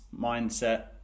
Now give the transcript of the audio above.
mindset